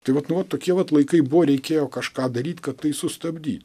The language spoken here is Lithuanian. tai vat nu tokie vat laikai buvo reikėjo kažką daryti kad tai sustabdyt